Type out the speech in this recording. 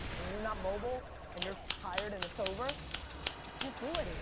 and you're not mobile, and you're tired and it's over, you can't do it.